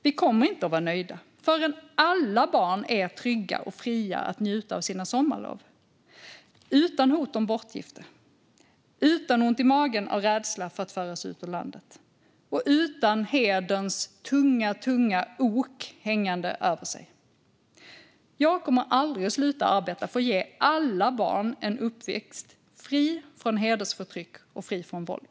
Vi kommer inte att vara nöjda förrän alla barn är trygga och fria att njuta av sina sommarlov, utan hot om bortgifte, utan ont i magen av rädsla för att föras ut ur landet och utan hederns tunga, tunga ok hängande över sig. Jag kommer aldrig att sluta att arbeta för att ge alla barn en uppväxt fri från hedersförtryck och fri från våld.